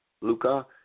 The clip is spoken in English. Luca